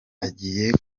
agiye